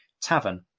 tavern